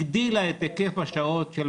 הגדילה את היקף השעות של